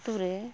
ᱟᱛᱳ ᱨᱮ